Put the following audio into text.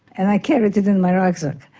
and i carried it in my rucksack.